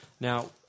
Now